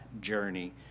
journey